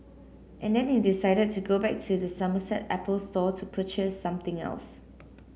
and then he decided to go back to the Somerset Apple Store to purchase something else